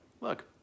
look